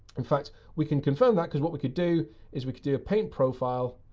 in fact, we can confirm that, because what we could do is we could do a paint profile,